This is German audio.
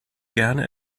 gerne